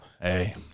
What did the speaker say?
Hey